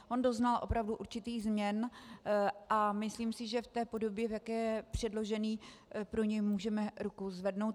On doznal opravdu určitých změn a myslím si, že v té podobě, v jaké je předložený, pro něj můžeme ruku zvednout.